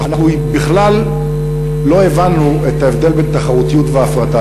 אנחנו בכלל לא הבנו את ההבדל בין תחרותיות והפרטה.